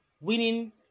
winning